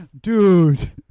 Dude